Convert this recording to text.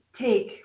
take